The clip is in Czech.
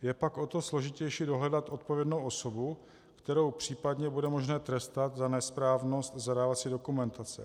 Je pak o to složitější dohledat odpovědnou osobu, kterou případně bude možné trestat za nesprávnost zadávací dokumentace.